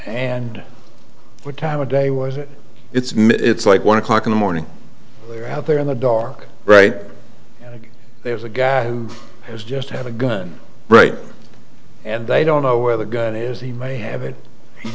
and what time of day was it it's made it's like one o'clock in the morning out there in the dark right there's a guy who has just had a gun right and they don't know where the gun is he may have it